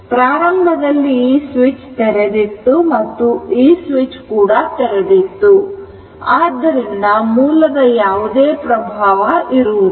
ಪ್ರಾರಂಭದಲ್ಲಿ ಈ ಸ್ವಿಚ್ ತೆರೆದಿತ್ತು ಮತ್ತು ಈ ಸ್ವಿಚ್ ಕೂಡ ತೆರೆದಿತ್ತು ಆದ್ದರಿಂದ ಮೂಲದ ಯಾವುದೇ ಪ್ರಭಾವ ಇರುವುದಿಲ್ಲ